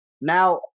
Now